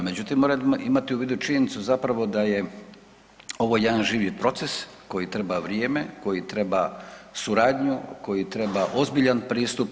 Međutim, moramo imati u vidu činjenicu zapravo da je ovo jedan živi proces koji treba vrijeme, koji treba suradnju, koji treba ozbiljan pristup.